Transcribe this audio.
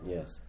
Yes